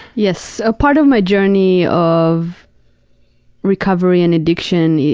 yes. a part of my journey of recovery and addiction, yeah